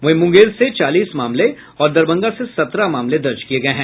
वहीं मुंगेर से चालीस मामले और दरभंगा से सत्रह मामले दर्ज किये गये हैं